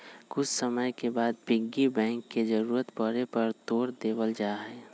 कुछ समय के बाद पिग्गी बैंक के जरूरत पड़े पर तोड देवल जाहई